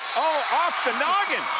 oh, off the noggin,